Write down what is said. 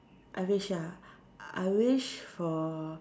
I wish ah I wish for